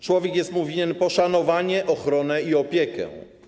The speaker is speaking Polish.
Człowiek jest mu winien poszanowanie, ochronę i opiekę”